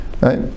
right